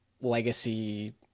legacy